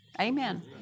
Amen